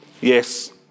Yes